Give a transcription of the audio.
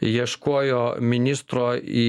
ieškojo ministro į